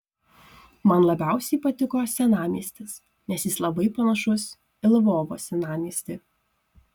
man labiausiai patiko senamiestis nes jis labai panašus į lvovo senamiestį